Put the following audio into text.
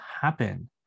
happen